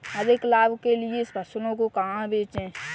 अधिक लाभ के लिए फसलों को कहाँ बेचें?